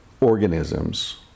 organisms